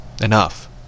Enough